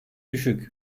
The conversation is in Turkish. düşük